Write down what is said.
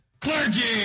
Clergy